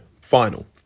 final